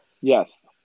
Yes